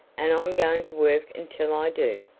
and i'm going to work until i do.